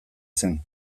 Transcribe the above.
zen